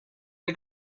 que